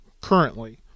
currently